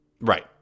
Right